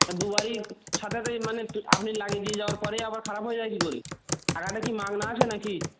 আর দু বারই সাটি সাথেই মানে ঠিক আপনি লাগিয়ে দিই যাবার পরেই আবার খারাপ হয়ে যায় কি করে টাকাটা কি মাগনা আসে নাকি